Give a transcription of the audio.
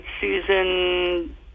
Susan